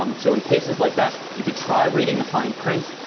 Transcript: um so in cases like that, you could try reading the fine print,